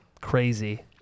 crazy